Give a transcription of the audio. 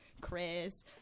Chris